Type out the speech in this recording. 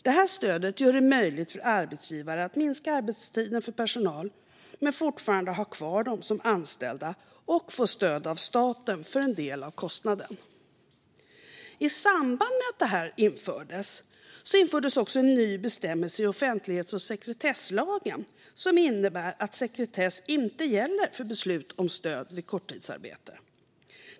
Detta stöd har gjort det möjligt för arbetsgivare att minska arbetstiden för personal men fortfarande ha dessa personer kvar som anställda och få stöd av staten för en del av kostnaden. I samband med detta infördes också en ny bestämmelse i offentlighets och sekretesslagen som innebär att sekretess inte gäller för beslut om stöd vid korttidsarbete.